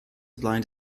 blind